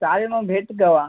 चालेल मग भेटू केव्हा